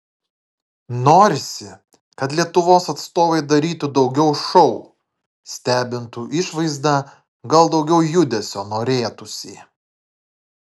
norisi kad lietuvos atstovai darytų daugiau šou stebintų išvaizda gal daugiau judesio norėtųsi